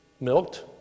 milked